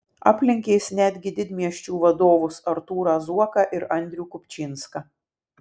aplenkė jis netgi didmiesčių vadovus artūrą zuoką ir andrių kupčinską